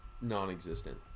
non-existent